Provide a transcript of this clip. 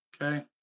okay